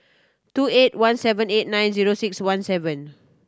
two eight one seven eight nine zero six one seven